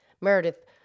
Meredith